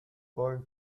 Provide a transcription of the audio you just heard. born